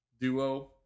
duo